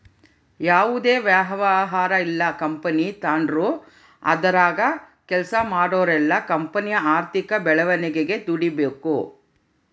ಯಾವುದೇ ವ್ಯವಹಾರ ಇಲ್ಲ ಕಂಪನಿ ತಾಂಡ್ರು ಅದರಾಗ ಕೆಲ್ಸ ಮಾಡೋರೆಲ್ಲ ಕಂಪನಿಯ ಆರ್ಥಿಕ ಬೆಳವಣಿಗೆಗೆ ದುಡಿಬಕು